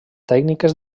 tècniques